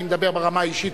אני מדבר ברמה האישית,